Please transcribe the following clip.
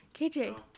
KJ